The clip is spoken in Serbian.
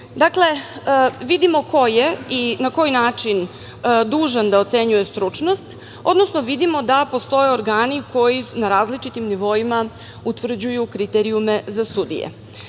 vidimo ko je i na koji način dužan da ocenjuje stručnost, odnosno vidimo da postoje organi koji na različitim nivoima utvrđuju kriterijume za sudije.